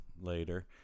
later